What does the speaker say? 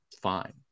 fine